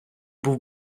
був